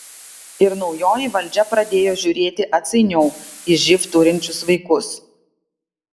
ir naujoji valdžia pradėjo žiūrėti atsainiau į živ turinčius vaikus